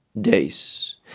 days